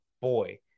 boy